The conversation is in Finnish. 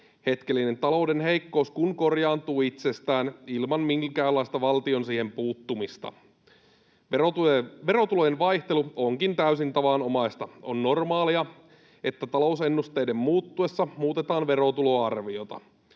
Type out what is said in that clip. hetkellinen talouden heikkous kun korjaantuu itsestään ilman minkäänlaista valtion siihen puuttumista. Verotulojen vaihtelu onkin täysin tavanomaista. On normaalia, että talousennusteiden muuttuessa muutetaan verotuloarviota.